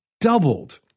doubled